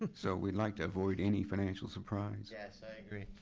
and so we like to avoid any financial surprise. yes, i agree.